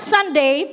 Sunday